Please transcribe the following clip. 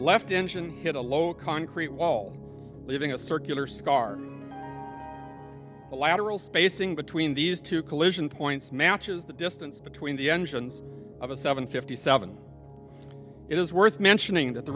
left engine hit a low concrete wall leaving a circular scar the lateral spacing between these two collision points matches the distance between the engines of a seven fifty seven it is worth mentioning that the